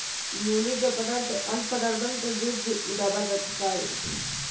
मूली के फसल के अन्य फसलवन के बीच भी उगावल जा सका हई